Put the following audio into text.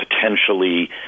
potentially